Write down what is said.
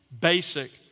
basic